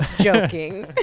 joking